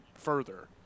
Further